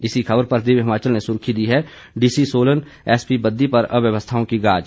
इसी खबर पर दिव्य हिमाचल ने सुर्खी दी है डीसी सोलन एसपी बद्दी पर अव्यवस्थाओं की गाज